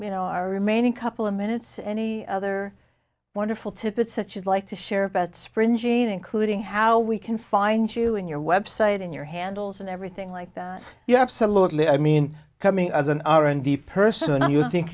you know our remaining couple of minutes any other wonderful tip it such as like to share about sprint gene including how we can find you in your website in your handles and everything like that yeah absolutely i mean coming as an r and d person and you think